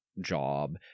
job